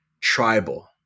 tribal